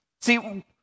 See